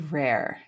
rare